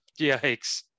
Yikes